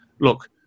Look